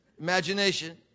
imagination